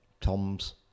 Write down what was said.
Tom's